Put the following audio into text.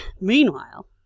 meanwhile